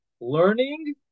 learning